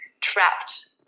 trapped